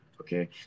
okay